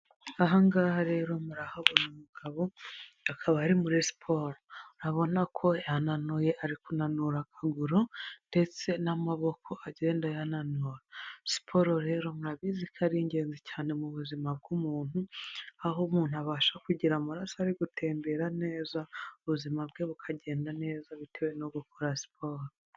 Aha ngaha rero murahabona umugabo akaba ari muri siporo, ubona ko yananuye ari kunanura akaguru ndetse n'amaboko agenda yanura, siporo rero murabizi ko ari ingenzi cyane mu buzima bw'umuntu, aho umuntu abasha kugira amaraso ari gutembera neza, ubuzima bwe bukagenda neza bitewe no gukora siporo.